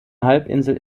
halbinsel